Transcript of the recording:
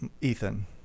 Ethan